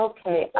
Okay